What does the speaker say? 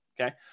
Okay